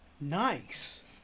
Nice